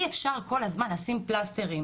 אבל אי אפשר כל הזמן לשים פלסתרים,